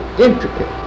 intricate